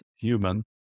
human